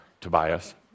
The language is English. Tobias –